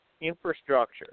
infrastructure